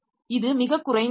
இது மிகக் குறைந்த நிலை